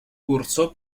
cursó